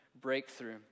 breakthrough